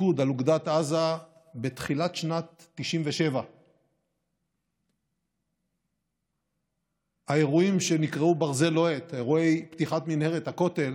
הפיקוד על אוגדת עזה בתחילת שנת 1997. האירועים שנקראו "אירועי פתיחת מנהרת הכותל"